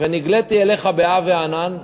ונגליתי אליך בעב הענן,